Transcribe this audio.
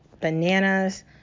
bananas